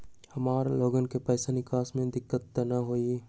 हमार लोगन के पैसा निकास में दिक्कत त न होई?